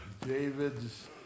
David's